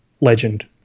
Legend